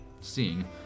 seeing